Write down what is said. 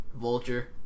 Vulture